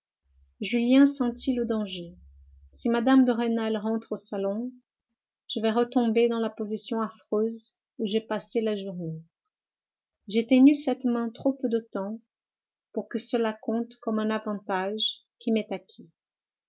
julien sentit le danger si mme de rênal rentre au salon je vais retomber dans la position affreuse où j'ai passé la journée j'ai tenu cette main trop peu de temps pour que cela compte comme un avantage qui m'est acquis